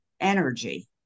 energy